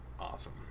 Awesome